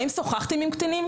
האם שוחחתם על קטינים?